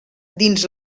dins